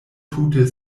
tute